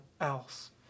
else